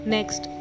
Next